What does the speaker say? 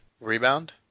Rebound